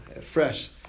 fresh